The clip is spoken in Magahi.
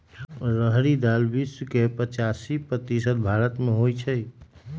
रहरी दाल विश्व के पचासी प्रतिशत भारतमें होइ छइ